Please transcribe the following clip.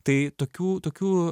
tai tokių tokių